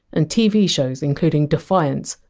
and tv shows including defiance,